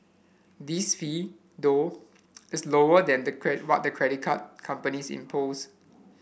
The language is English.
this fee though is lower than the what the credit card companies impose